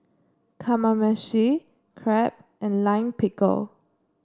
Kamameshi Crepe and Lime Pickle